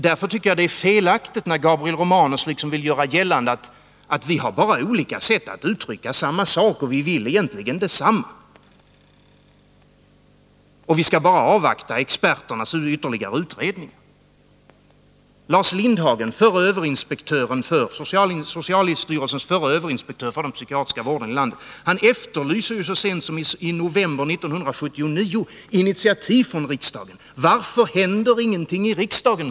Därför tycker jag att det är felaktigt när Gabriel Romanus vill göra gällande att vi bara har olika sätt att uttrycka samma sak och egentligen vill detsamma. Vi skall bara avvakta experternas ytterligare utredning, menar han. Lars Lindhagen, socialstyrelsens förre överinspektör för den psykiatriska vården i landet, efterlyste ju så sent som i november 1979 initiativ av riksdagen. Varför händer det ingenting i riksdagen?